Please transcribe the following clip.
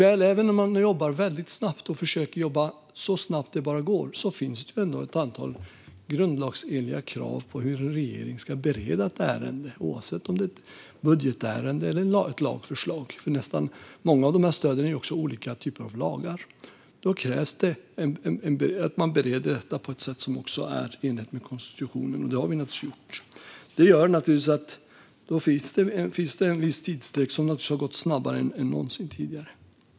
Även om man jobbar snabbt och försöker jobba så snabbt det bara går finns det dock ett antal grundlagsenliga krav på hur en regering ska bereda ett ärende, oavsett om det gäller ett budgetärende eller ett lagförslag. Många av dessa stöd är nämligen olika typer av lagar, och då krävs det att man bereder dem på ett sätt som är i enlighet med konstitutionen. Det har vi naturligtvis gjort. Det gör att det finns en viss tidsutdräkt, även om detta har gått snabbare än någonsin tidigare.